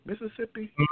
Mississippi